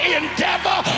endeavor